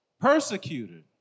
Persecuted